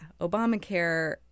Obamacare